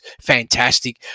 Fantastic